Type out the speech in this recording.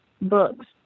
books